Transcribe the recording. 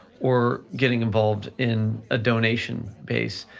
or getting involved in a donation base,